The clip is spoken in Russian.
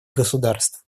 государств